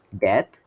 death